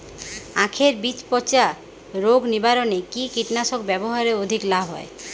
আঁখের বীজ পচা রোগ নিবারণে কি কীটনাশক ব্যবহারে অধিক লাভ হয়?